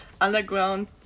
underground